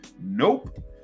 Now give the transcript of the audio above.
nope